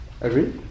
Agree